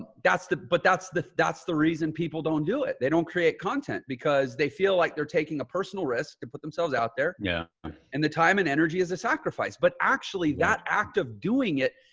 ah that's the but that's the that's the reason people don't do it. they don't create content because they feel like they're taking a personal risk to and put themselves out there. yeah and the time and energy is a sacrifice, but actually that act of doing it,